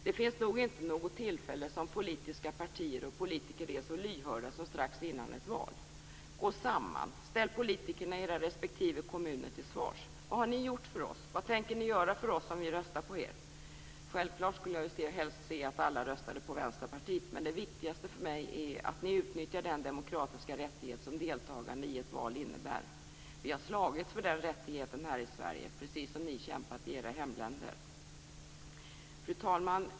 Det finns nog inte något tillfälle då politiska partier och politiker är så lyhörda som strax innan ett val. Gå samman, ställ politikerna i era respektive kommuner till svars. Vad har ni gjort för oss, vad tänker ni göra för oss om vi röstar på er? Självfallet skulle jag helst se att alla röstade på Vänsterpartiet, men det viktigaste för mig är att ni utnyttjar den demokratiska rättighet som deltagande i ett val innebär. Vi har slagits för den rättigheten här i Sverige precis så som ni kämpat i era hemländer. Fru talman!